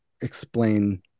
explain